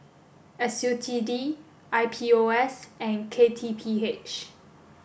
S U T D I P O S and K T P H